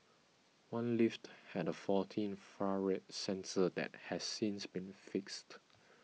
one lift had a faulty infrared sensor that has since been fixed